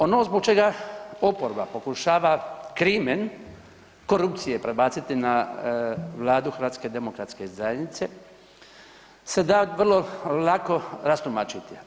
Ono zbog čega oporba pokušava krimen korupcije prebaciti na Vladu HDZ-a se da vrlo lako rastumačiti.